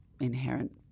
inherent